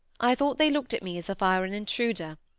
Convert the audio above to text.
i thought they looked at me as if i were an intruder,